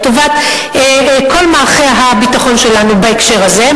לטובת כל מערכי הביטחון שלנו בהקשר הזה,